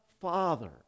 Father